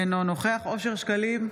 אינו נוכח אושר שקלים,